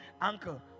uncle